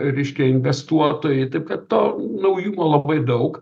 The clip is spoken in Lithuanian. reiškia investuotojai taip kad to naujumo labai daug